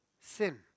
sin